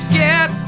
get